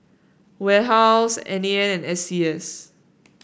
warehouse N A N and S C S